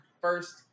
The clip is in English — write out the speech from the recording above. first